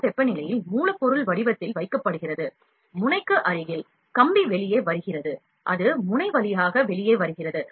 இந்த வெப்பநிலையில் மூலப்பொருள் கம்பி வடிவில் முனை வழியாக வெளியேறும்